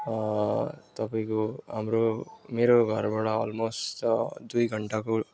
तपाईँको हाम्रो मेरो घरबाट अलमोस्ट छ दुई घन्टाको